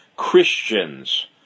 Christians